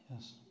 Yes